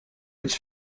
its